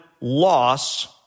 loss